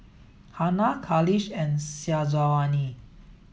Hana Khalish and Syazwani